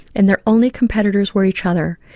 and their only competitors were each other.